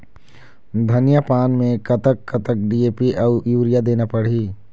धनिया पान मे कतक कतक डी.ए.पी अऊ यूरिया देना पड़ही?